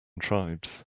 tribes